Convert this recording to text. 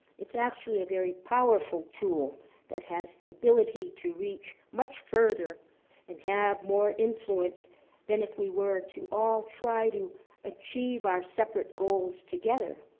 it's actually a very powerful tool that has the ability to reach much further and have more influence than if we were to all try to achieve our separate goals together.